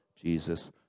Jesus